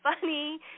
funny